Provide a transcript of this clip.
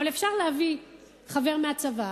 אבל אפשר להביא חבר מהצבא.